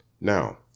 Now